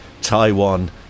taiwan